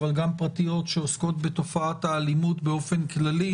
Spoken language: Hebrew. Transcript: אבל גם פרטיות שעוסקות בתופעת האלימות באופן כללי.